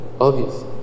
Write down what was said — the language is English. Obvious